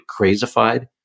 crazified